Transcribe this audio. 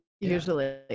Usually